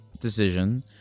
decision